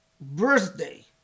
birthday